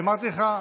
רק הח"כים.